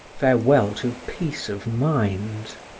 farewell to peace of mind!